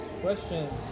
Questions